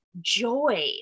joy